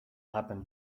happen